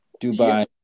Dubai